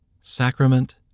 Sacrament